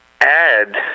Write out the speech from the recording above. add